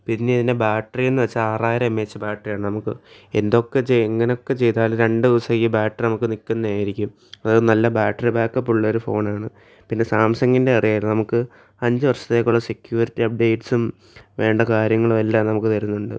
പിന്നെ ഇതിൻ്റെ ബാറ്ററിയെന്ന് വച്ചാൽ ആറായിരം എം എ എച്ച് ബാറ്ററി ആണ് നമുക്ക് എന്തൊക്കെ എങ്ങനൊക്കെ ചെയ്താലും രണ്ട് ദിവസം ഈ ബാറ്ററി നമുക്ക് നിൽക്കുന്നതായിരിക്കും അതായത് നല്ല ബാറ്ററി ബാക്കപ്പ് ഉള്ള ഒരു ഫോണാണ് പിന്നെ സാംസങ്ങിൻ്റെ അറിയാമല്ലോ നമുക്ക് അഞ്ച് വർഷത്തേക്കുള്ള സെക്യൂരിറ്റി അപ്ഡേറ്റ്സും വേണ്ട കാര്യങ്ങളും എല്ലാം നമുക്ക് തരുന്നുണ്ട്